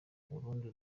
urundi